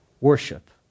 worship